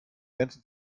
ganzen